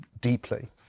deeply